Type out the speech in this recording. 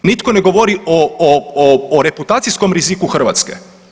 Nitko ne govori o, o, o reputacijskom riziku Hrvatske.